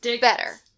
better